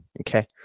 Okay